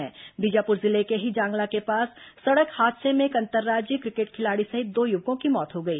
बीजापुर जिले के जांगला के पास सड़क हादसे में एक अंतर्राज्यीय क्रिकेट खिलाड़ी सहित दो युवकों की मौत हो गई